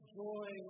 joy